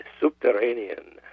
subterranean